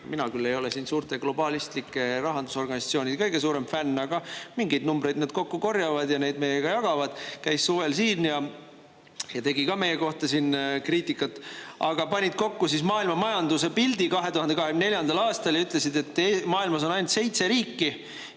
Mina küll ei ole suurte globalistlike rahandusorganisatsioonide kõige suurem fänn, aga mingeid numbreid nad kokku korjavad ja neid meiega jagavad. IMF käis suvel siin ja tegi ka meie kohta kriitikat. Nad panid 2024. aastal kokku maailmamajanduse pildi ja ütlesid, et maailmas on ainult seitse riiki,